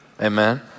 amen